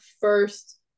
first